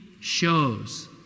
shows